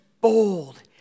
bold